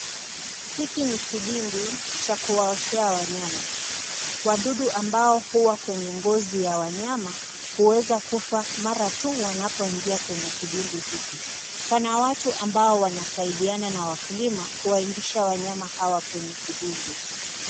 Hiki ni kidimbwi cha kuwaoshea wanyama. Wadudu ambao huwa kwenye ngozi ya wanyama, huweza kufa mara tu wanapoingia kwenye kidimbwi hiki. Pana watu ambao wanasaidiana na wakulima kuwaingisha wanyama hawa kwenye kidimbwi.